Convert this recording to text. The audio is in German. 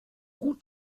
gut